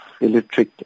Electric